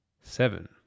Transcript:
seven